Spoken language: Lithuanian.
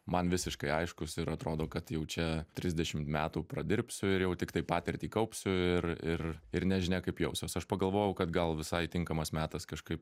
man visiškai aiškus ir atrodo kad jau čia trisdešimt metų pradirbsiu ir jau tiktai patirtį kaupsiu ir ir ir nežinia kaip jausiuos aš pagalvojau kad gal visai tinkamas metas kažkaip